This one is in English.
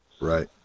Right